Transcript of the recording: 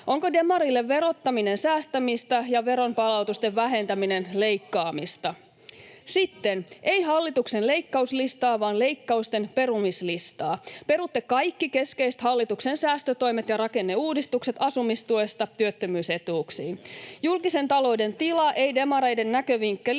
Onko demarille verottaminen säästämistä ja veronpalautusten vähentäminen leikkaamista? Sitten: Ei hallituksen leikkauslistaa vaan leikkausten perumislistaa. Perutte kaikki keskeiset hallituksen säästötoimet ja rakenneuudistukset asumistuesta työttömyysetuuksiin. [Kimmo Kiljunen: Juuri näin] Julkisen talouden tila ei demareiden näkövinkkelistä